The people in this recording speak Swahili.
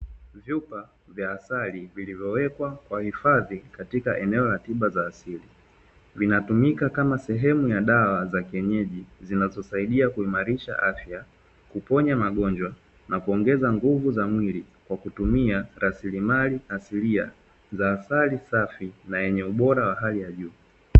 Vyupa vya asali vilivyowekwa kwa hifadhi katika eno la tiba za asili. Zinatumika kama sehemu ya dawa za kienyeji zinazosaidia kuimarisha afya, kuponya magonjwa na kuongeza nguvu za mwili kwa kutumia rasilimali asilia za asali safi na yenye ubora wa hali ya juu.